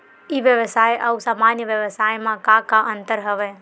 ई व्यवसाय आऊ सामान्य व्यवसाय म का का अंतर हवय?